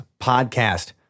Podcast